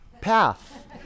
path